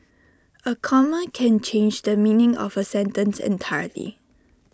A comma can change the meaning of A sentence entirely